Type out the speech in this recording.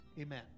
Amen